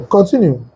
Continue